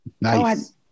Nice